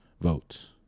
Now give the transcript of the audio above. votes